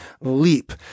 leap